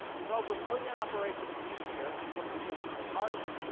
there's over a million operations each year where people need new cartilage.